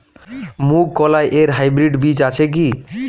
মুগকলাই এর হাইব্রিড বীজ আছে কি?